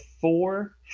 four